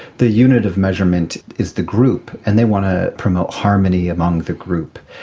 the unit of measurement is the group, and they want to promote harmony among the group.